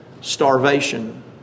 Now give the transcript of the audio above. starvation